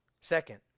Second